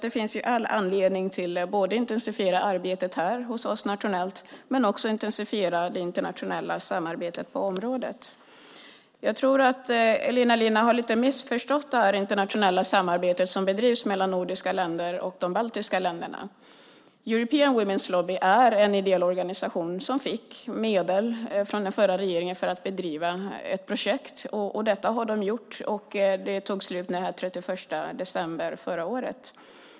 Det finns all anledning att både intensifiera arbetet hos oss här nationellt och också intensifiera det internationella samarbetet som bedrivs mellan de nordiska länderna och de baltiska länderna. European Women's Lobby är en ideell organisation som fick medel från den förra regeringen för att bedriva ett projekt. Detta har de gjort, och det tog slut den 31 december förra året.